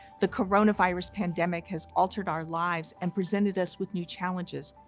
the coronavirus pandemic has altered our lives and presented us with new challenges,